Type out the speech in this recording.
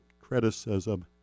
criticism